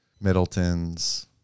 Middletons